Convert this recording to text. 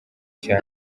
cya